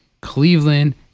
Cleveland